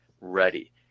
ready